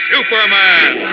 Superman